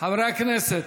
חברי הכנסת,